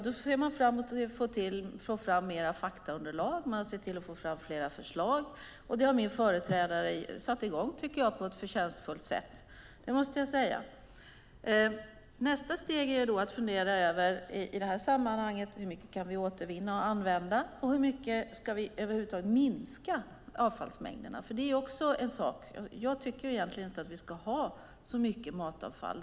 Då ser vi till att få fram mer faktaunderlag och fler förslag. Det har min företrädare satt i gång på ett förtjänstfullt sätt. Nästa steg är att fundera över hur mycket vi kan återvinna och använda och hur mycket avfallsmängderna ska minska. Jag tycker egentligen inte att vi ska ha så mycket matavfall.